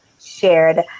shared